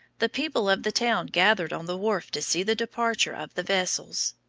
the people of the town gathered on the wharf to see the departure of the vessels.